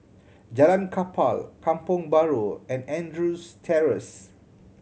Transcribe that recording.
Jalan Kapal Kampong Bahru and Andrews Terrace